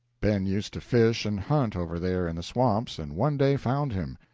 ben used to fish and hunt over there in the swamps, and one day found him.